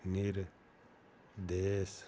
ਨਿਰਦੇਸ਼